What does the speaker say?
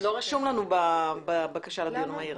לא רשום לנו בבקשה לדיון מהיר.